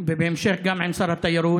ובהמשך גם עם שר התיירות,